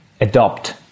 adopt